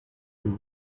you